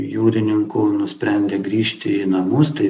jūrininkų nusprendė grįžti į namus tai